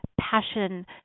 passion